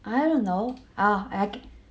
I don't know ah I g~